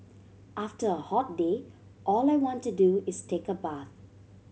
after a hot day all I want to do is take a bath